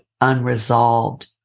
unresolved